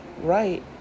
right